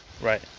right